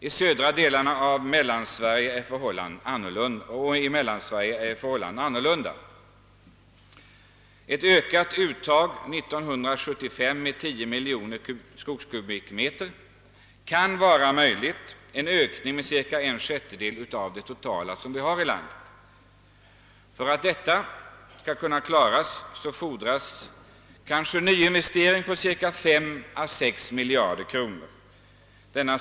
I södra Sverige och delar av Mellansverige är förhållandena annorlunda. Ett ökat uttag 1975 med 10 miljoner skogskubikmeter kan vara möjligt, vilket innebär en ökning med cirka en sjättedel av nuvarande totala uttag i landet. För att detta skall kunna klaras fordras en nyinvestering på kanske 5 å 6 miljarder kronor.